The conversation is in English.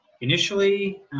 initially